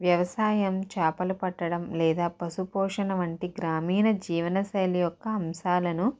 వ్యవసాయం చేపలు పట్టడం లేదా పశుపోషణ వంటి గ్రామీణ జీవన శైలి యొక్క అంశాలు